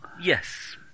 Yes